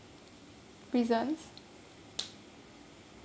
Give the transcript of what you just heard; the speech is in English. pri~